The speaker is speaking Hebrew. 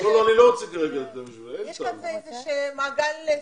יש כאן מעגל סגור.